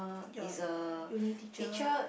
your uni teacher